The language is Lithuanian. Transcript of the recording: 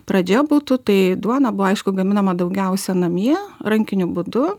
pradžia būtų tai duona buvo aišku gaminama daugiausia namie rankiniu būdu